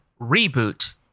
reboot